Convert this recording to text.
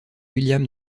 william